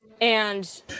And-